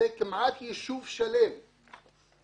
זה כמעט יישוב שלם שנרצח.